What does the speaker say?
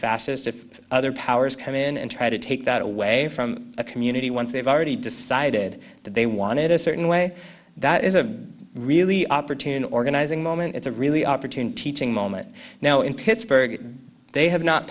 fastest if other powers come in and try to take that away from a community once they've already decided that they wanted a certain way that is a really opportune organizing moment it's a really opportunity to moment now in pittsburgh they have not